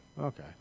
Okay